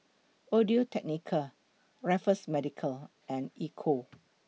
Audio Technica Raffles Medical and Ecco